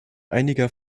einiger